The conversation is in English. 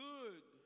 Good